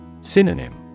Synonym